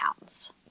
pounds